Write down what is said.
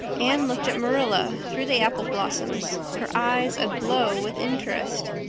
anne looked at marilla through the apple blossoms, her eyes aglow with interest.